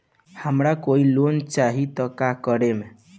हमरा कोई लोन चाही त का करेम?